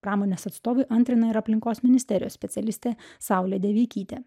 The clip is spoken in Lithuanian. pramonės atstovui antrina ir aplinkos ministerijos specialistė saulė deveikytė